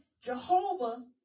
Jehovah